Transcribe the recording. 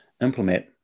implement